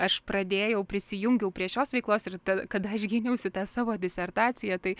aš pradėjau prisijungiau prie šios veiklos ir kada aš gyniausi tą savo disertaciją tai